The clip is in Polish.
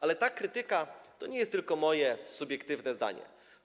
Ale ta krytyka to nie jest tylko moje subiektywne zdanie.